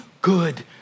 good